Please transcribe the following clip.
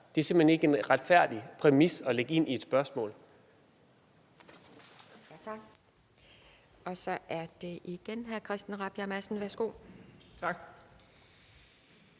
Det er simpelt hen ikke en retfærdig præmis at lægge ind i et spørgsmål.